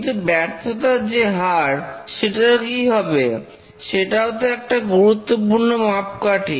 কিন্তু ব্যর্থতার যে হার সেটার কি হবে সেটাও তো একটা গুরুত্বপূর্ণ মাপকাঠি